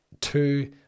two